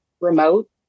remote